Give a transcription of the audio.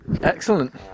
Excellent